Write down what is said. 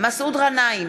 מסעוד גנאים,